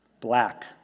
Black